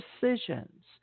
decisions